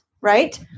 right